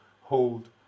hold